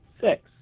six